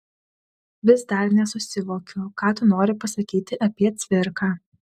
vis dar nesusivokiu ką tu nori pasakyti apie cvirką